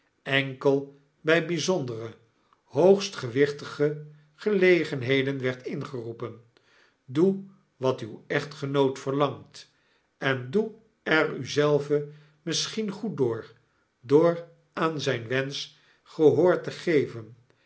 enkel by byzondere hoogst gewichtige gelegenheden werd ingeroepen doe wat uw echtgenoot verlangt en doe er u zelve misschien goed door door aan zyn wensch gehoor te geven